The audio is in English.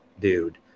dude